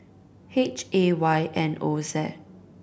H A Y N O Z